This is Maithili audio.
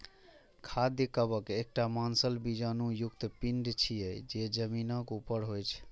खाद्य कवक एकटा मांसल बीजाणु युक्त पिंड छियै, जे जमीनक ऊपर होइ छै